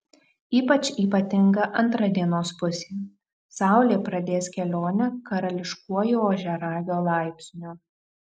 ypač ypatinga antra dienos pusė saulė pradės kelionę karališkuoju ožiaragio laipsniu